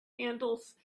handles